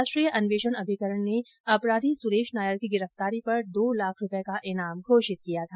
राष्ट्रीय अन्वेषण अभिकरण ने अपराधी सुरेश नायर की गिरफ्तारी पर दो लाख रुपये का ईनाम घोषित किया था